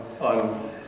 on